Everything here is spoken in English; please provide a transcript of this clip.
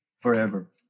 forever